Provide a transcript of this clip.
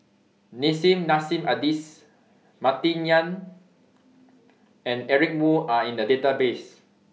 Nissim Nassim Adis Martin Yan and Eric Moo Are in The Database